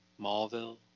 Mallville